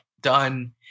done